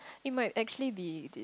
it might actually be this